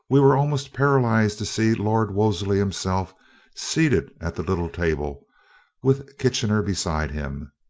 we were almost paralyzed to see lord wolseley himself seated at the little table with kitchener beside him,